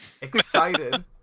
Excited